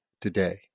today